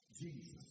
Jesus